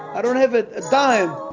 i don't have a dime,